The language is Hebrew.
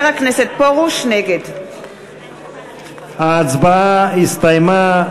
נגד ההצבעה הסתיימה.